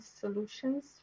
solutions